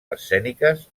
escèniques